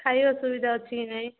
ଖାଇବା ସୁବିଧା ଅଛି କି ନାହିଁ